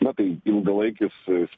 na tai ilgalaikis